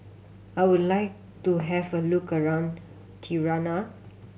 I would like to have a look around Tirana